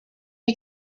you